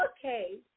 Okay